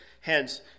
hence